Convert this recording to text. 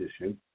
issue